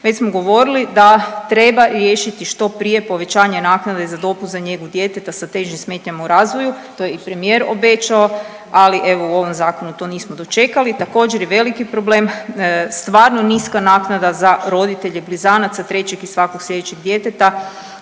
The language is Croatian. već smo govorili da treba riješiti što prije povećanje naknada …/Govornik se ne razumije/…za njegu djeteta sa težim smetnjama u razvoju, to je i premijer obećao, ali evo u ovom zakonu to nismo dočekali. Također je veliki problem stvarno niska naknada za roditelje blizanaca, trećeg i svakog slijedećeg djeteta